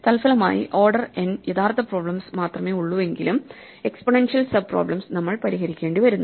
തൽഫലമായി order n യഥാർത്ഥ problems മാത്രമേ ഉള്ളൂവെങ്കിലും എക്സ്പോണൻഷ്യൽ സബ് പ്രോബ്ലെംസ് നമ്മൾ പരിഹരിക്കേണ്ടി വരുന്നു